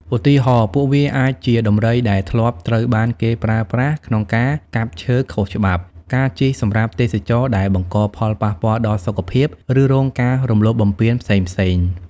ឧទាហរណ៍ ពួកវាអាចជាដំរីដែលធ្លាប់ត្រូវបានគេប្រើប្រាស់ក្នុងការកាប់ឈើខុសច្បាប់ ការជិះសម្រាប់ទេសចរណ៍ដែលបង្កផលប៉ះពាល់ដល់សុខភាព ឬរងការរំលោភបំពានផ្សេងៗ។